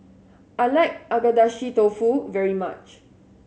I like Agedashi Dofu very much